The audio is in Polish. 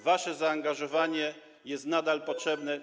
Wasze zaangażowanie jest nadal potrzebne.